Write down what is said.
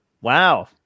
Wow